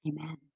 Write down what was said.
Amen